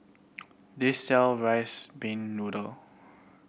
this sell rice pin noodle